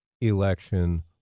election